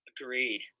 Agreed